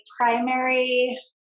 primary